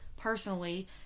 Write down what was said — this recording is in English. Personally